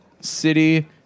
City